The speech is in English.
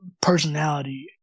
personality